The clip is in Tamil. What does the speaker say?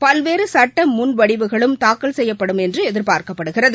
பல்வேறு சட்ட முன்வடிவுகளும் தாக்கல் செய்யப்படும் என்று எதிர்பார்க்கப்படுகிறது